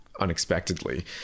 Unexpectedly